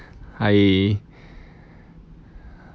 I